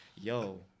yo